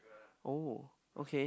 oh okay